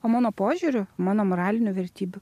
o mano požiūrių mano moralinių vertybių